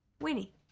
Winnie